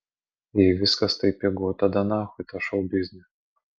jei viskas taip pigu tada nachui tą šou biznį